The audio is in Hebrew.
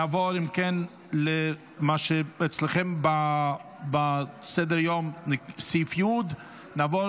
נעבור אם כן למה שאצלכם בסדר-היום סעיף י' נעבור